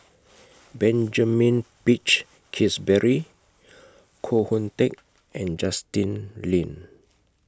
Benjamin Peach Keasberry Koh Hoon Teck and Justin Lean